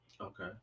okay